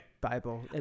Bible